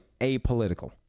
apolitical